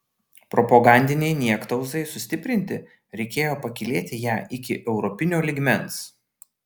propagandinei niektauzai sustiprinti reikėjo pakylėti ją iki europinio lygmens